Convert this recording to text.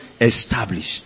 Established